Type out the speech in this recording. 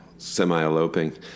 Semi-eloping